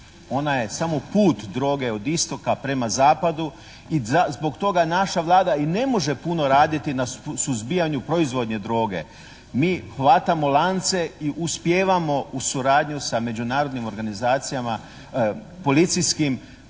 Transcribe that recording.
ona je samo put droge od istoka prema zapadu i zbog toga naša Vlada i ne može puno raditi na suzbijanju proizvodnje droge. Mi hvatamo lance i uspijevamo u suradnji sa međunarodnim organizacijama policijskim